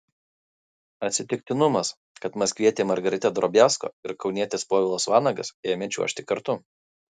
atsitiktinumas kad maskvietė margarita drobiazko ir kaunietis povilas vanagas ėmė čiuožti kartu